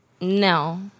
No